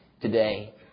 today